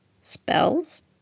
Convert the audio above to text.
Spells